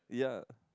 yeah